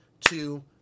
two